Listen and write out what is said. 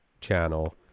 channel